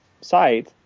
site